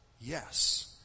yes